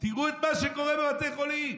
תראו מה שקורה בבתי החולים.